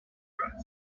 dried